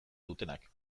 dutenak